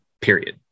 period